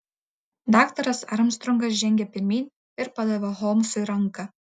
daktaras armstrongas žengė pirmyn ir padavė holmsui ranką